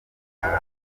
hato